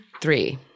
three